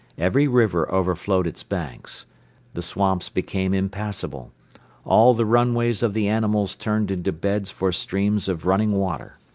every river overflowed its banks the swamps became impassable all the runways of the animals turned into beds for streams of running water.